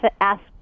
ask